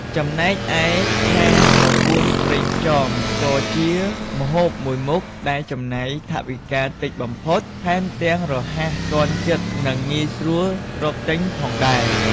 ចំណែកឯ ឆាត្រកួនប្រេងខ្យងក៏ជាម្ហូបមួយមុខដែលចំណាយថវិកាតិចបំផុត ថែមទាំងរហ័សទាន់ចិត្តនិងងាយស្រួលរកទិញផងដែរ។